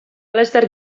laster